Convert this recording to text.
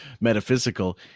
metaphysical